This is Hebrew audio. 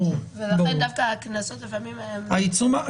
לכן, דווקא הקנסות לפעמים --- ברור.